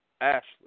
Ashley